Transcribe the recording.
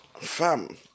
Fam